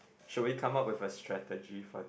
should we come up with a strategy for it